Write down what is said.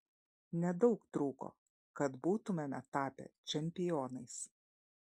nedaug trūko kad būtumėme tapę čempionais